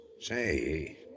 Say